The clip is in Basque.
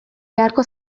beharko